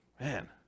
man